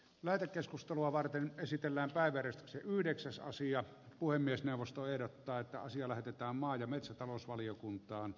nato keskustelua varten esitellään lääkäri yhdeksässä hosia puhemiesneuvosto ehdottaa että asia lähetetään maa ja metsätalousvaliokuntaan